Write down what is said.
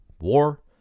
war